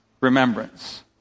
Remembrance